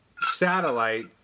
satellite